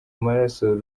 maraso